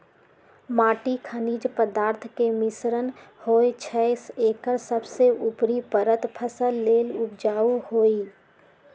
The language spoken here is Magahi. माटी खनिज पदार्थ के मिश्रण होइ छइ एकर सबसे उपरी परत फसल लेल उपजाऊ होहइ